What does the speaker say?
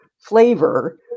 flavor